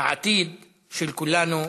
העתיד של כולנו.